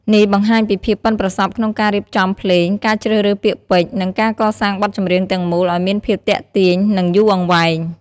នេះបង្ហាញពីភាពប៉ិនប្រសប់ក្នុងការរៀបចំភ្លេង ការជ្រើសរើសពាក្យពេចន៍ និងការកសាងបទចម្រៀងទាំងមូលឱ្យមានភាពទាក់ទាញ និងយូរអង្វែង។